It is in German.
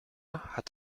hat